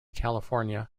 california